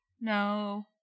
No